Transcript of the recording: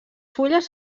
fulles